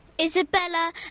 Isabella